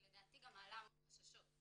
ולדעתי היא גם מעלה המון חששות.